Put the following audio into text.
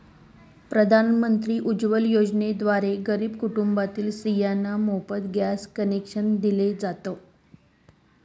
प्रधानमंत्री उज्वला योजनेद्वारे गरीब कुटुंबातील स्त्रियांना मोफत गॅस कनेक्शन दिल जात